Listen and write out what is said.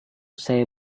saya